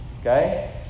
Okay